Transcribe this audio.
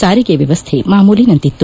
ಸಾರಿಗೆ ವ್ಯವಸ್ಥೆ ಮಾಮೂಲಿನಂತಿತ್ತು